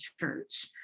church